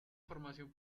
formación